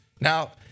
Now